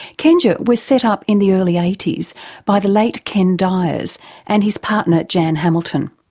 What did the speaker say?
kenja was set up in the early eighty s by the late ken dyers and his partner jan hamilton.